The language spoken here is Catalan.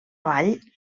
vall